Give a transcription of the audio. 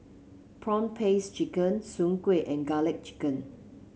prawn paste chicken Soon Kueh and garlic chicken